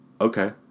Okay